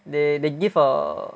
they they give err